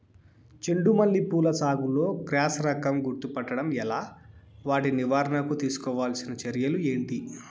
చెండు మల్లి పూల సాగులో క్రాస్ రకం గుర్తుపట్టడం ఎలా? వాటి నివారణకు తీసుకోవాల్సిన చర్యలు ఏంటి?